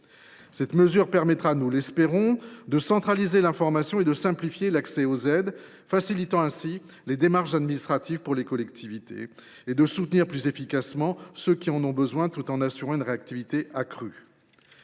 cette mesure permettra de centraliser l’information et de simplifier l’accès aux aides, facilitant ainsi les démarches administratives pour les collectivités, et de soutenir plus efficacement ceux qui en ont besoin, tout en assurant une réactivité accrue.